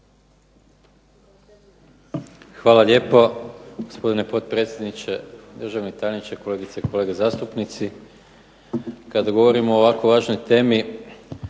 Hvala lijepo. Gospodine potpredsjedniče, državni tajniče, kolegice i kolege zastupnici. Kada govorimo o ovako važnoj temi